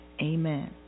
Amen